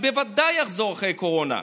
שבוודאי יחזור אחרי הקורונה,